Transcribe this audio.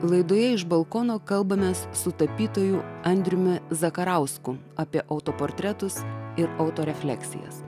laidoje iš balkono kalbamės su tapytoju andriumi zakarausku apie autoportretus ir auto refleksijas